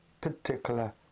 particular